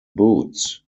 boots